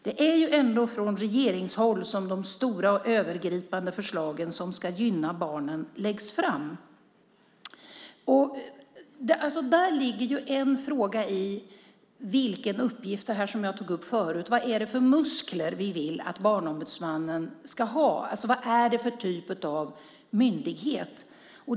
Det är ändå från regeringshåll som de stora och övergripande förslagen som ska gynna barnen läggs fram. Där ligger en fråga om vilka muskler - det jag tog upp tidigare - vi vill att Barnombudsmannen ska ha. Vad är det för typ av myndighet?